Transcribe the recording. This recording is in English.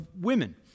women